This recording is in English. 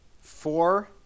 Four